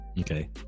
okay